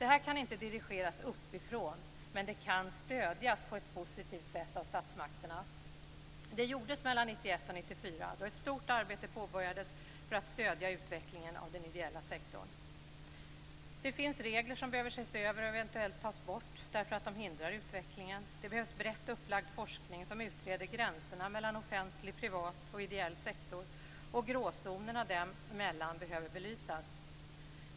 Det här kan inte dirigeras uppifrån, men det kan stödjas på ett positivt sätt av statsmakterna. Det gjordes 1991-1994, då ett stort arbete påbörjades för att stödja utvecklingen av den ideella sektorn. Det finns regler som behöver ses över och eventuellt tas bort därför att de hindrar utvecklingen. Det behövs brett upplagd forskning som utreder gränserna mellan offentlig, privat och ideell sektor, och gråzonerna dem emellan behöver belysas.